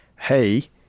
hey